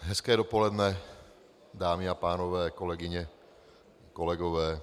Hezké dopoledne, dámy a pánové, kolegyně, kolegové.